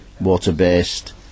water-based